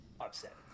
upset